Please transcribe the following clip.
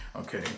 Okay